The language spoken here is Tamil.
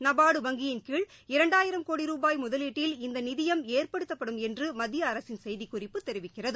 நபார்டு வங்கியின் கீழ் இரண்டாயிரம் கோடி ரூபாய் முதலீட்டில் இந்த நிதியம் ஏற்படுத்தப்படும் என்று மத்திய அரசின் செய்தி குறிப்பு தெரிவிக்கிறது